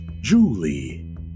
Julie